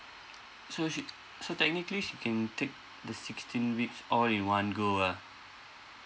so she so technically she can take the sixteen weeks all in one go ah